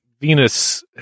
Venus